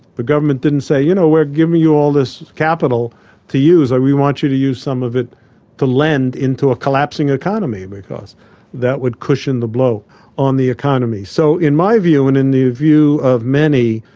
the government didn't say, you know, we're giving you all this capital to use, we want you to use some of it to lend into a collapsing economy because that would cushion the blow on the economy. so in my view, and in the view of many,